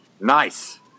nice